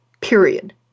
period